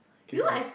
okay quite